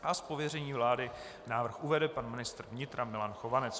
Z pověření vlády návrh uvede pan ministr vnitra Milan Chovanec.